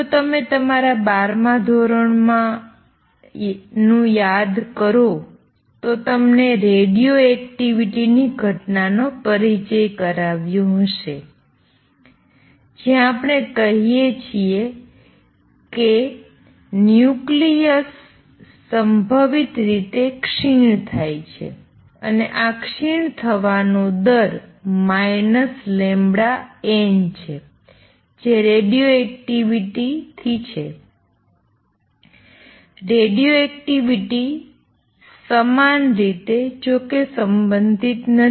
જો તમે તમારા ૧૨ મા ધોરણનું યાદ કરો તો તમને રેડીઓએક્ટિવિટી ની ઘટનાનો પરિચય કરાવ્યો હશે જ્યાં આપણે કહીએ છીએ કે ન્યુક્લિયસ સંભવિત રીતે ક્ષીણ થાય છે અને આ ક્ષીણ થવાનો દર λN છે જે રેડીઓએક્ટિવિટી થી છે રેડીઓએક્ટિવિટી સમાન રીતે જોકે સંબંધિત નથી